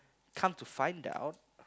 come to find out